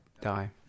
die